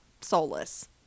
soulless